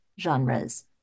genres